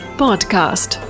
podcast